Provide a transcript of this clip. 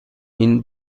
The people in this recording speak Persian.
این